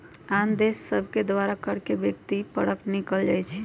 आन देश सभके द्वारा कर के व्यक्ति परक गिनल जाइ छइ